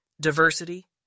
Diversity